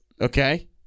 okay